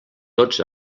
tots